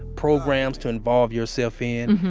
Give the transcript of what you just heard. programs to involve yourself in,